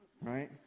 right